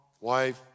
wife